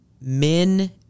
men